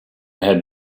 had